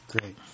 Great